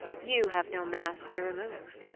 you have no mask to remove.